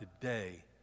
today